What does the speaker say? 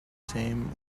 same